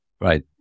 Right